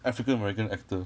african american actor